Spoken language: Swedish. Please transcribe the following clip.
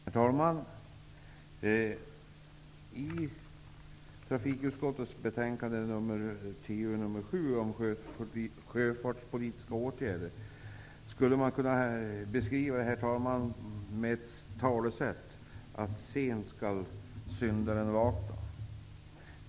Herr talman! Trafikutskottets betänkande TU7 om sjöfartspolitiska åtgärder skulle man kunna beskriva med ett talesätt: Sent skall syndaren vakna.